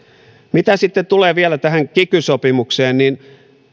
mitä sitten tulee vielä tähän kiky sopimukseen niin